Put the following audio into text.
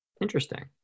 Interesting